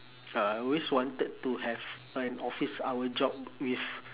uh I always wanted to have an office hour job with